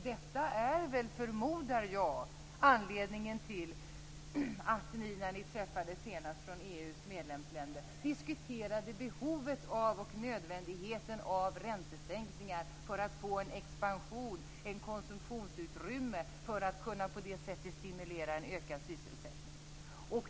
Detta är väl, förmodar jag, anledningen till att ni när EU:s medlemsländer senast träffades diskuterade behovet och nödvändigheten av räntesänkningar för att få en expansion och ett konsumtionsutrymme för att på det sättet kunna stimulera en ökad sysselsättning.